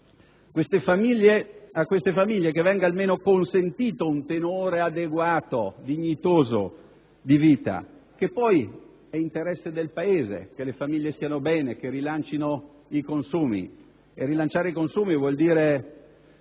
a queste famiglie venga almeno consentito un tenore adeguato, dignitoso, di vita. È poi interesse del Paese che le famiglie stiano bene e rilancino i consumi: rilanciare i consumi vuol dire